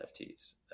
NFTs